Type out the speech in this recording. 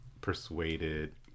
persuaded